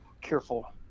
careful